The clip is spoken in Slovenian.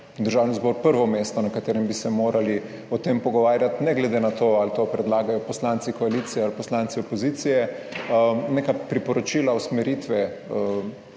Državni zbor prvo mesto, na katerem bi se morali o tem pogovarjati, ne glede na to, ali to predlagajo poslanci koalicije ali poslanci opozicije, neka priporočila, usmeritve